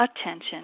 attention